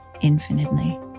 infinitely